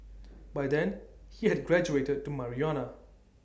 by then he had graduated to marijuana